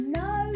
no